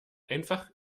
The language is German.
einfach